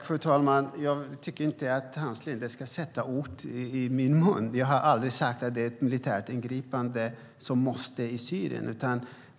Fru talman! Jag tycker inte att Hans Linde ska lägga ord i min mun. Jag har aldrig sagt att det är ett militärt ingripande som måste till i Syrien.